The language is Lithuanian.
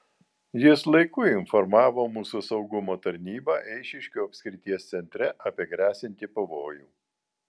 jis laiku informavo mūsų saugumo tarnybą eišiškių apskrities centre apie gresianti pavojų